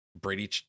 Brady